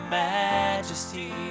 majesty